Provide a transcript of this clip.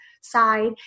side